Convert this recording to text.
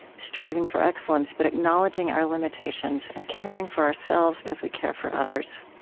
striving for excellence but acknowledging our limitations, and caring for ourselves as we care for others.